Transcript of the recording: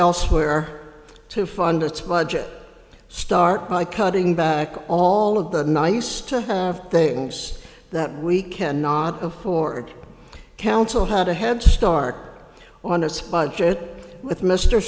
elsewhere to fund its budget start by cutting back all of the nice to have they use that we cannot afford council had a head start on its budget with mr